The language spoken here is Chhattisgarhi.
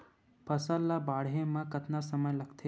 फसल ला बाढ़े मा कतना समय लगथे?